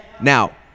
Now